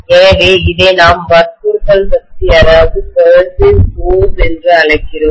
எனவே இதை நாம் வற்புறுத்தல் சக்திகொயர்சிவ் ஃபோர்ஸ் என்று அழைக்கிறோம்